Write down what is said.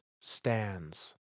stands